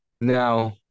Now